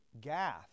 Gath